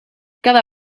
cada